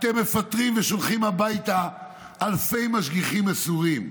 אתם מפטרים ושולחים הביתה אלפי משגיחים מסורים.